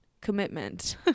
commitment